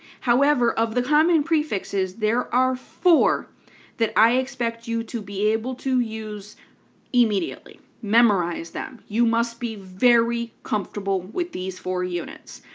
however, of the common prefixes, there are four that i expect you to be able to use immediately memorize them you must be very comfortable with these four units.